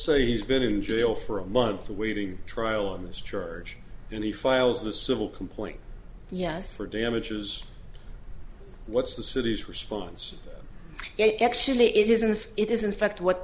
say he's been in jail for a month awaiting trial on the street and he files the civil complaint yes for damages what's the city's response it actually isn't if it is in fact what